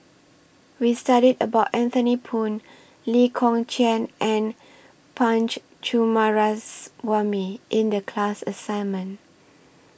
We studied about Anthony Poon Lee Kong Chian and Punch Coomaraswamy in The class assignment